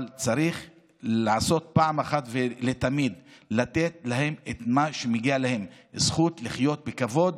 אבל צריך לעשות אחת ולתמיד לתת להם את מה שמגיע להם: זכות לחיות בכבוד,